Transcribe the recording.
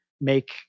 make